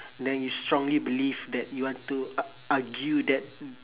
then you strongly believe that you want to ar~ argue that